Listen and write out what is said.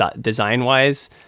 design-wise